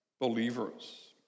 believers